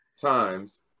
Times